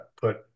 put